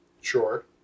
Sure